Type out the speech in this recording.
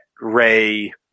Ray